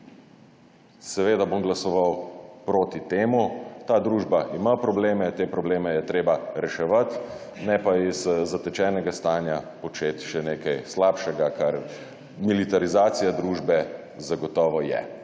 Seveda bom glasoval proti temu. Ta družba ima probleme. Te probleme je treba reševati, ne pa iz zatečenega stanja početi še nekaj slabšega, kar militarizacija družbe zagotovo je.